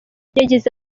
yagize